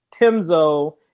timzo